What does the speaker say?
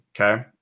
Okay